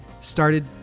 started